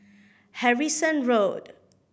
Harrison Road